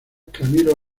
camilo